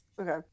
Okay